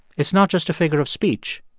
it's not just a figure of speech.